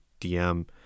DM